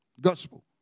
gospel